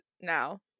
now